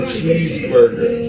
Cheeseburger